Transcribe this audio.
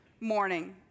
morning